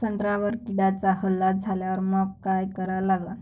संत्र्यावर किड्यांचा हल्ला झाल्यावर मंग काय करा लागन?